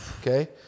Okay